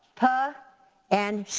puh and shh.